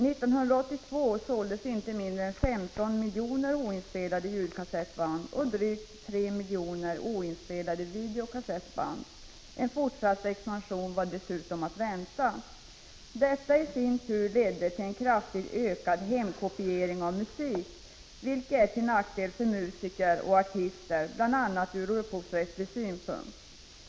1982 såldes inte mindre än 15 miljoner oinspelade ljudkassettband och drygt 3 miljoner oinspelade videokassettband. En fortsatt expansion var dessutom att vänta. Detta ledde i sin tur till en kraftigt ökad hemkopiering av musik, vilket är till nackdel för musiker och artister, bl.a. ur upphovsrättslig synpunkt.